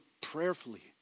prayerfully